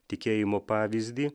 tikėjimo pavyzdį